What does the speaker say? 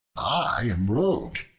i am robed,